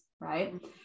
right